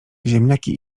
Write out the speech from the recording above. ziemniaki